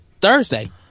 Thursday